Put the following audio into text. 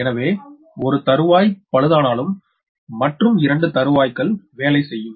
எனவே ஒரு தருவாய் பழுதானாலும் மற்றும் இரண்டு தருவைக்கல் வேலை செய்யும்